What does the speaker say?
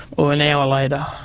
or an hour later.